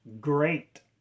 great